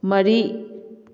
ꯃꯔꯤ